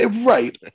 right